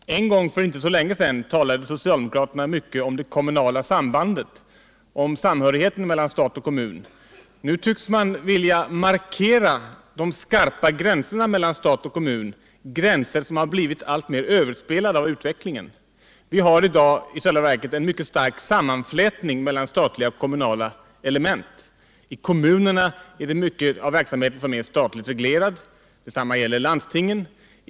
Herr talman! En gång för inte så länge sedan talade socialdemokraterna mycket om det kommunala sambandet, om samhörigheten mellan stat och kommun. Nu tycks man vilja markera de skarpa gränserna mellan stat och kommun, gränser som har blivit alltmer överspelade av utvecklingen. Vi hari dag i själva verket en mycket stark sammanflätning mellan statliga och kommunala element. I kommunerna är det mycket av verksamheten som är statligt reglerad. Detsamma gäller för landstingen.